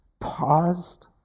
paused